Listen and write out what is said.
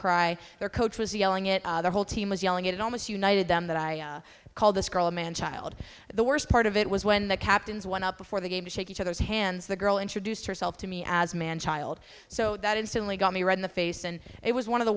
cry their coach was yelling it the whole team was yelling it almost united them that i called this girl a manchild the worst part of it was when the captains went up before the game to shake each other's hands the girl introduced herself to me as manchild so that instantly got me right in the face and it was one of the